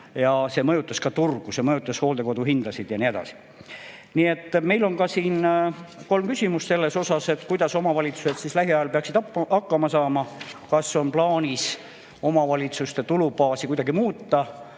See mõjutas ka turgu, see mõjutas hooldekodude hindasid ja nii edasi. Nii et meil on siin kolm küsimust selle kohta. Kuidas omavalitsused lähiajal peaksid hakkama saama? Kas on plaanis omavalitsuste tulubaasi kuidagi muuta